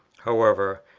however,